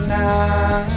now